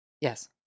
Yes